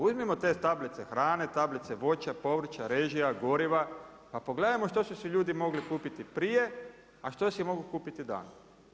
Uzmimo te tablice hrane, tablice voća, povrća, režija, goriva, pa pogledajmo što su si ljudi mogli kupiti prije a što si mogu kupiti danas.